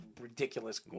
ridiculous